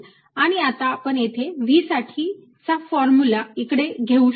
आणि आता आपण येथे V साठी चा फॉर्मुला इकडे घेऊ शकतो